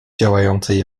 działającej